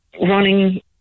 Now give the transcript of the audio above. running